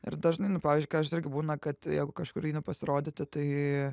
ir dažnai nu pavyzdžiui ką aš irgi būna kad jeigu kažkur einu pasirodyti tai